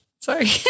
Sorry